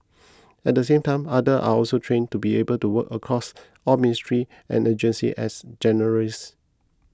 at the same time other are also trained to be able to work across all ministries and agencies as generalists